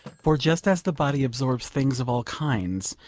for just as the body absorbs things of all kinds,